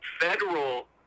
federal